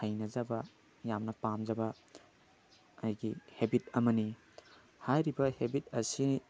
ꯍꯩꯅꯖꯕ ꯌꯥꯝꯅ ꯄꯥꯝꯖꯕ ꯑꯩꯒꯤ ꯍꯦꯕꯤꯠ ꯑꯃꯅꯤ ꯍꯥꯏꯔꯤꯕ ꯍꯦꯕꯤꯠ ꯑꯁꯤ